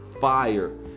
fire